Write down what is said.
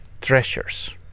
treasures